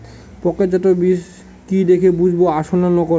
প্যাকেটজাত বীজ কি দেখে বুঝব আসল না নকল?